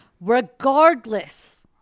Regardless